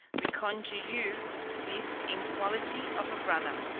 we conjure you this in quality of a brother.